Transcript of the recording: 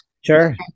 Sure